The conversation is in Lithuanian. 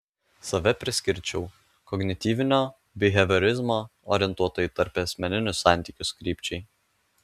save priskirčiau kognityvinio biheviorizmo orientuoto į tarpasmeninius santykius krypčiai